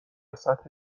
سطح